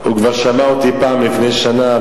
הוא כבר שמע אותי לפני שנה,